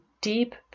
deep